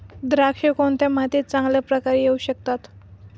द्राक्षे कोणत्या मातीत चांगल्या प्रकारे येऊ शकतात?